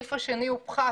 הסעיף השני הוא פחת.